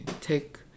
Take